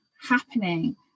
happening